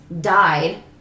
died